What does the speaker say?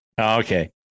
Okay